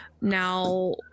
Now